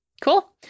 cool